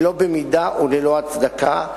שלא במידה וללא הצדקה,